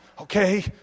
okay